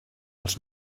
els